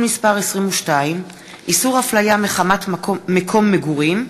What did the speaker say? מס' 22) (איסור הפליה מחמת מקום מגורים),